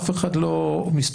אף אחד לא מסתכל,